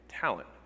talent